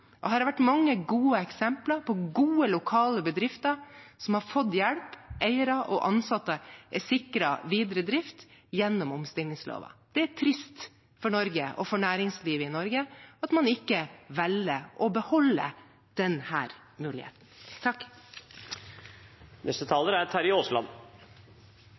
har vært mange gode eksempler på gode lokale bedrifter som har fått hjelp, eiere og ansatte som er sikret videre drift gjennom omstillingsloven. Det er trist for Norge og for næringslivet i Norge at man ikke velger å beholde denne muligheten. Denne saken viser vel at det er